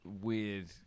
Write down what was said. weird